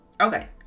Okay